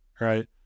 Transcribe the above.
right